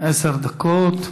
עשר דקות.